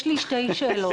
יש לי שתי שאלות.